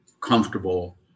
comfortable